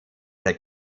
der